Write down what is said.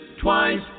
twice